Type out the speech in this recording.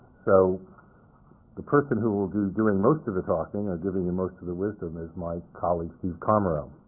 so the person who will be doing most of the talking or giving you most of the wisdom is my colleague, steve komarow.